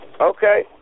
Okay